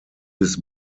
bis